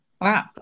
Wow